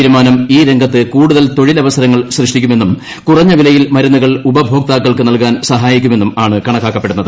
തീരുമാനം ഈ രംഗത്ത് കൂടുതൽ തൊഴിലവസരങ്ങൾ സൃഷ്ടിക്കുമെന്നും കുറഞ്ഞ വിലയിൽ മരുന്നുകൾ ഉപഭോക്താക്കൾക്ക് നൽകാൻ സഹായിക്കുമെന്നും ആണ് കണക്കാക്കപ്പെടുന്നത്